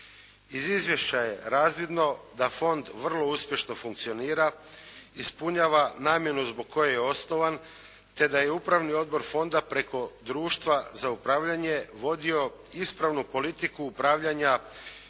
Iz izvješća je razvidno da fond vrlo uspješno funkcionira, ispunjava namjenu zbog koje je osnovan te da je upravni odbor fonda preko društva za upravljanje vodio ispravnu politiku upravljanja